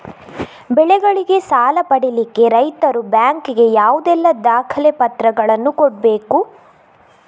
ಬೆಳೆಗಳಿಗೆ ಸಾಲ ಪಡಿಲಿಕ್ಕೆ ರೈತರು ಬ್ಯಾಂಕ್ ಗೆ ಯಾವುದೆಲ್ಲ ದಾಖಲೆಪತ್ರಗಳನ್ನು ಕೊಡ್ಬೇಕು?